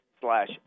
slash